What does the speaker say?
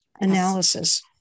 analysis